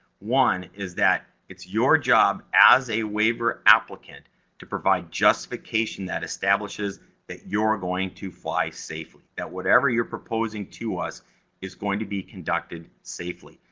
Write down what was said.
one is that it's your job as a waiver applicant to provide justification that establishes that you're going to fly safely. that whatever you're proposing to us is going to be conducted safely.